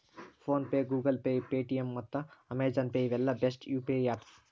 phone pay, Google Pay, Paytm ಮತ್ತ Amazon Pay ಇವೆಲ್ಲ best UPI apps